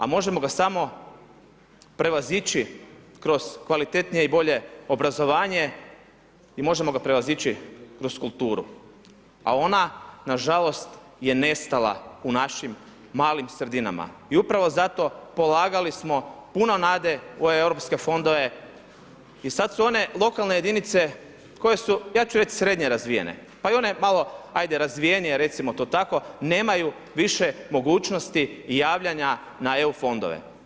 A možemo ga samo prevazići kroz kvalitetnije i bolje obrazovanje i možemo ga prevazići kroz kulturu, a ona nažalost je nestala u našim malim sredinama i upravo zato polagali smo puno nade u ove europske fondove i sad su one lokalne jedinice koje su, ja ću reći srednje razvijene, pa i one malo ajde razvijenije recimo to tako, nemaju više mogućnosti javljanja na EU fondove.